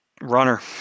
runner